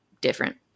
different